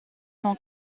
non